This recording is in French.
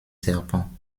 serpents